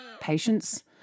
patience